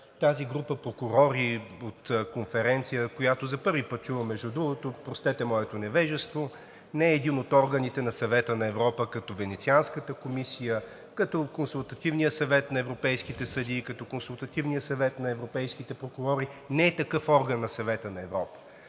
тази група прокурори от Конференцията, която за първи път чувам, между другото, простете моето невежество – не е един от органите на Съвета на Европа, като Венецианската комисия, като Консултативния съвет на европейските съдии, като Консултативния съвет на европейските прокурори, не е такъв орган на Съвета на Европа.